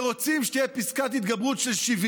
ורוצים שתהיה פסקת התגברות של 70